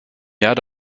jahr